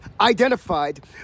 identified